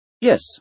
Yes